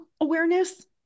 awareness